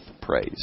praise